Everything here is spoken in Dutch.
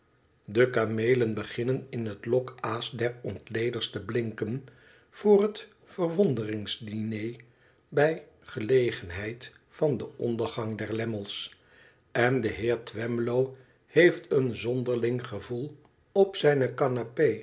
de kameelen beginnen in t lokaal des ontleders te blinken voor het verwonderings diner bij gelegenheid van den ondergang der lammies en de heer twemlow heeft een zonderling gevoel op zijne